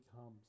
comes